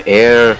air